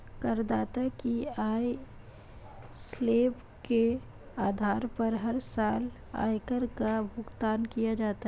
करदाता की आय स्लैब के आधार पर हर साल आयकर का भुगतान किया जाता है